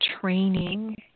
training